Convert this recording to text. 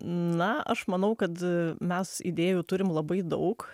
na aš manau kad mes idėjų turim labai daug